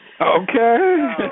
Okay